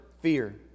fear